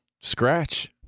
scratch